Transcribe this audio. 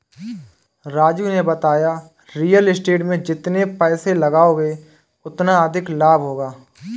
राजू ने बताया real estate में जितना पैसे लगाओगे उतना अधिक लाभ होगा